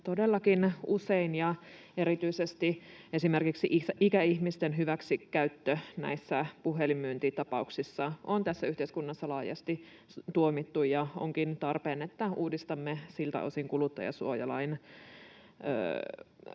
todellakin usein, ja erityisesti esimerkiksi ikäihmisten hyväksikäyttö näissä puhelinmyyntitapauksissa on tässä yhteiskunnassa laajasti tuomittu. Onkin tarpeen, että uudistamme siltä osin kuluttajansuojalakia,